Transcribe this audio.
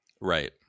Right